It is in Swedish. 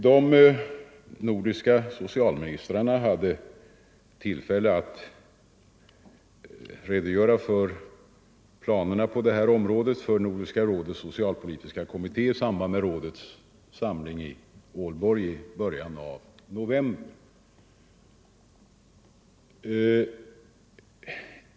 De nordiska socialministrarna hade tillfälle att redogöra för planerna på det här området för Nordiska rådets socialpolitiska utskott i samband med rådets samling i Aalborg i början av november.